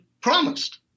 promised